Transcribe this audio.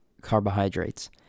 carbohydrates